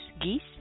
geese